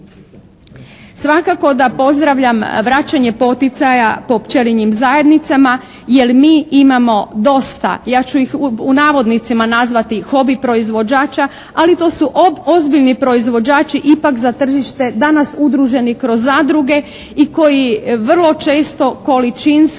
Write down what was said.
Svakako da pozdravljam vraćanje poticaja po pčelinjim zajednicama jer mi imamo dosta, ja ću ih u navodnicima nazvati "hobi proizvođača", ali to su ozbiljni proizvođači ipak za tržište, danas udruženi kroz zadruge i koji vrlo često, količinski